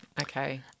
okay